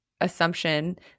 assumption